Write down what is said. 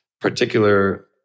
particular